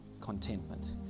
contentment